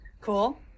cool